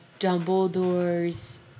Dumbledore's